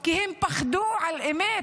כי הם פחדו על אמת.